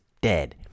dead